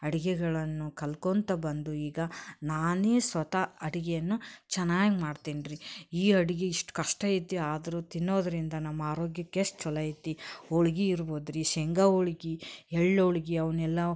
ಅಡುಗೆಗಳನ್ನು ಕಲ್ಕೊತಾ ಬಂದು ಈಗ ನಾನೇ ಸ್ವತಃ ಅಡುಗೆಯನ್ನು ಚೆನ್ನಾಗಿ ಮಾಡ್ತೀನಿ ರೀ ಈ ಅಡುಗೆ ಇಷ್ಟು ಕಷ್ಟ ಐತೆ ಆದರೂ ತಿನ್ನೋದರಿಂದ ನಮ್ಮ ಆರೋಗ್ಯಕ್ಕೆ ಎಷ್ಟು ಛಲೋ ಐತಿ ಹೋಳ್ಗೆ ಇರ್ಬೋದು ರೀ ಶೇಂಗಾ ಹೋಳ್ಗೆ ಎಳ್ಳು ಹೋಳ್ಗೆ ಅವನ್ನೆಲ್ಲ